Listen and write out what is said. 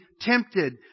tempted